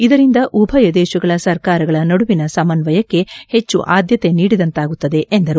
ಇದರಿಂದ ಉಭಯ ದೇಶಗಳ ಸರಕಾರಗಳ ನಡುವಿನ ಸಮನ್ವಯಕ್ಕೆ ಹೆಚ್ಚು ಆದ್ಯತೆ ನೀಡಿದಂತಾಗುತ್ತದೆ ಎಂದರು